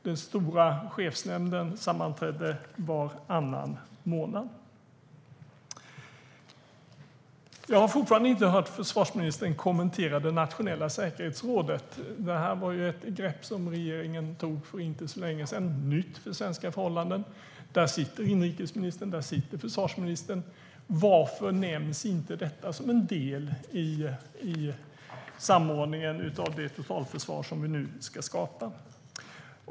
Den stora chefsnämnden sammanträdde varannan månad. Jag har fortfarande inte hört försvarsministern kommentera det nationella säkerhetsrådet. Det var ju ett grepp som regeringen tog för inte så länge sedan och som var nytt för svenska förhållanden. Där sitter inrikesministern och försvarsministern. Varför nämns inte detta som en del i samordningen av det totalförsvar vi nu ska skapa?